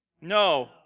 No